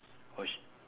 or she